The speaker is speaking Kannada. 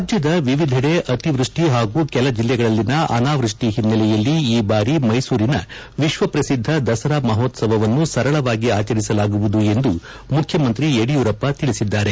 ರಾಜ್ಯದ ವಿವಿಧೆದೆ ಅತಿವೃಷ್ಠಿ ಹಾಗೂ ಕೆಲ ಜಿಲ್ಲೆಗಳಲ್ಲಿನ ಅನಾವೃಷ್ಠಿ ಹಿನ್ನೆಲೆಯಲ್ಲಿ ಈ ಬಾರಿ ಮೈಸೂರಿನ ವಿಶ್ವಪ್ರಸಿದ್ಧ ದಸರಾ ಮಹೋತ್ಸವವನ್ನು ಸರಳವಾಗಿ ಆಚರಿಸಲಾಗುವುದು ಎಂದು ಮುಖ್ಯಮಂತ್ರಿ ಯಡಿಯೂರಪ್ಪ ತಿಳಿಸಿದ್ದಾರೆ